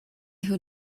who